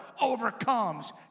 overcomes